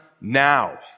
now